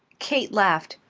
kate laughed.